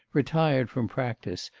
retired from practice,